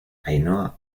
ainhoa